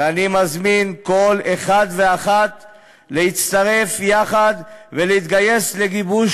ואני מזמין כל אחד ואחת להצטרף ולהתגייס יחד לגיבוש